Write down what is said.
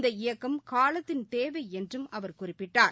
இந்த இயக்கம் காலத்தின் தேவை என்றும் அவர் குறிப்பிட்டார்